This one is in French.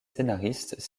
scénaristes